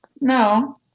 No